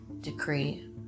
decree